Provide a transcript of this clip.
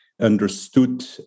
understood